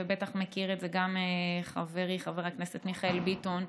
ובטח מכיר את זה גם חברי חבר הכנסת מיכאל ביטון,